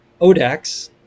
odax